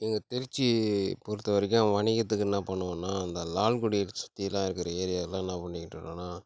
எங்கள் திருச்சி பொறுத்த வரைக்கும் வணிகத்துக்கு என்ன பண்ணுவோன்னா இந்த லால்குடி சுற்றிலாம் இருக்கிற ஏரியாலாம் என்ன பண்ணிட்டுருக்கோன்னா